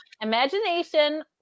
Imagination